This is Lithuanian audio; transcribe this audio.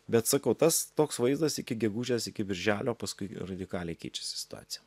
bet sakau tas toks vaizdas iki gegužės iki birželio paskui radikaliai keičiasi situacija